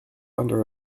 under